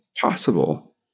possible